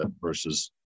versus